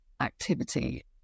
activity